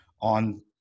on